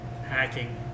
hacking